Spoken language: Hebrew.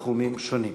בתחומים שונים.